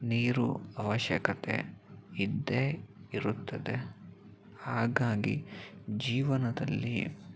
ನೀರು ಅವಶ್ಯಕತೆ ಇದ್ದೇ ಇರುತ್ತದೆ ಹಾಗಾಗಿ ಜೀವನದಲ್ಲಿ